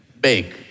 bake